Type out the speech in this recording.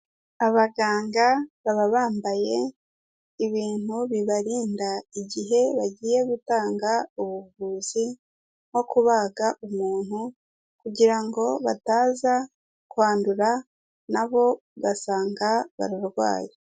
Abaganga baba bambaye ibintu bibarinda igihe bagiye gutanga ubuvuzi nko kubaga umuntu kugira ngo bataza kwandura na bo ugasanga bararwaye.